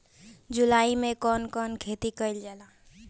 जुलाई मे कउन कउन खेती कईल जाला?